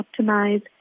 optimize